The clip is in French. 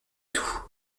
tout